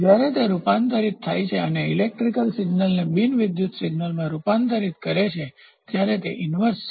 જ્યારે તે રૂપાંતરિત થાય છે અને ઇલેક્ટ્રિકલ સિગ્નલને બિન વિદ્યુત સિગ્નલમાં રૂપાંતરિત કરે છે ત્યારે તે ઈન્વર્સ છે